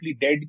dead